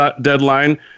deadline